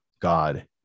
god